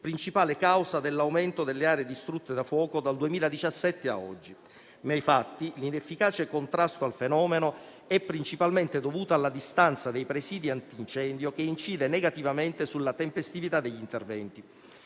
principale causa dell'aumento delle aree distrutte dal fuoco dal 2017 a oggi. Nei fatti l'inefficace contrasto al fenomeno è principalmente dovuto alla distanza dei presidi antincendio, che incide negativamente sulla tempestività degli interventi,